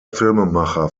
filmemacher